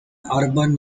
urban